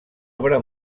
obra